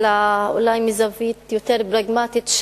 אלא אולי מזווית יותר פרגמטית,